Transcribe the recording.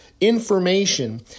information